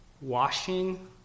washing